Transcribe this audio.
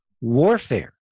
warfare